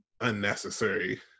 unnecessary